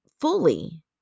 fully